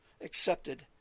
accepted